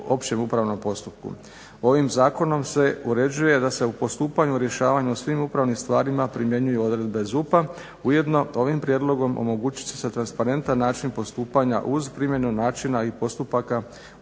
Ovim zakonom se uređuje da se u postupanju u rješavanju u svim upravnim stvarima primjenjuju odredbe ZUP-a, ujedno ovim prijedlogom omogućit će se transparentan način postupanja uz primjenu načina i postupaka u